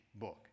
book